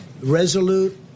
resolute